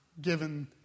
given